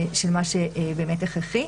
של מה שבאמת הכרחי,